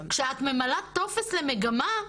כשאת ממלאת טופס למגמה,